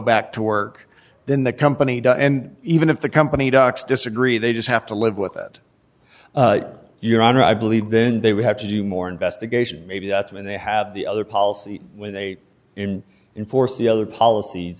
back to work then the company and even if the company docs disagree they just have to live with that your honor i believe then they will have to do more investigation maybe that's when they have the other policy when they are in in force the other policies